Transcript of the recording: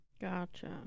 Gotcha